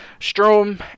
Strom